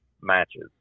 matches